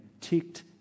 ticked